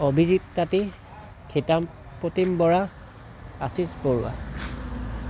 অভিজিত তাঁতী খিতাম প্ৰতীম বৰা আশীষ বৰুৱা